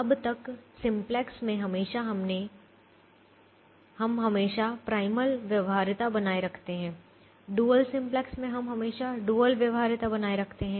अब तक सिंप्लेक्स में हम हमेशा प्राइमल व्यवहार्यता बनाए रखते हैं डुअल सिंप्लेक्स में हम हमेशा डुअल व्यवहार्यता बनाए रखते हैं